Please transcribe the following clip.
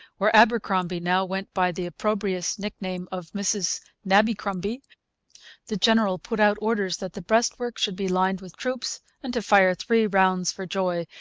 where abercromby now went by the opprobrious nickname of mrs nabbycrumby the general put out orders that the breastwork should be lined with troops, and to fire three rounds for joy,